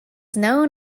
known